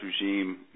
regime